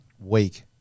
week